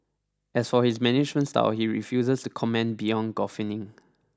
as for his management style he refuses to comment beyond guffawing